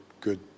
good